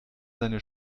seine